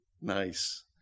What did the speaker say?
Nice